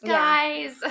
guys